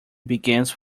begins